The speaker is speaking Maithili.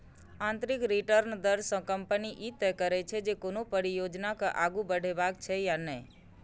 आंतरिक रिटर्न दर सं कंपनी ई तय करै छै, जे कोनो परियोजना के आगू बढ़ेबाक छै या नहि